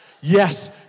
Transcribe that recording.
Yes